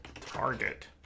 target